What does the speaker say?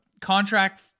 contract